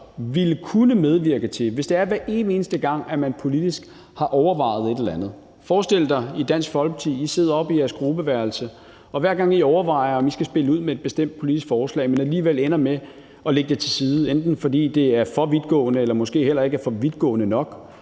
er der fuld indsigt i alle beslutningsgange, i alle overvejelser, ligesom Ombudsmanden også kan få indsigt. Forestil dig, at Dansk Folkeparti sidder oppe i jeres gruppeværelse, og hver gang I overvejer, om I skal spille ud med et bestemt politisk forslag, men alligevel ender med at lægge det til side, enten fordi det er for vidtgående eller måske ikke er vidtgående nok,